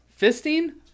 Fisting